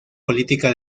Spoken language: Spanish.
política